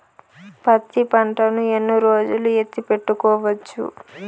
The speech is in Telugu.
పత్తి పంటను ఎన్ని రోజులు ఎత్తి పెట్టుకోవచ్చు?